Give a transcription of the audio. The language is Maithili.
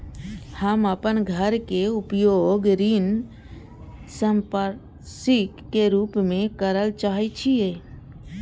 हम अपन घर के उपयोग ऋण संपार्श्विक के रूप में करल चाहि छी